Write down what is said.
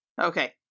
Okay